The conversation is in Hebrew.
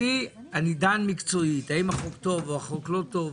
אני דן מקצועית, האם החוק טוב או החוק לא טוב.